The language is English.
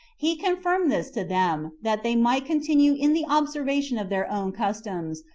he confirmed this to them, that they might continue in the observation of their own customs,